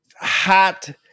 hot